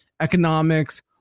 economics